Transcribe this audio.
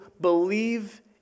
believe